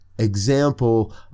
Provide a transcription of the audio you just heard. example